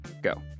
Go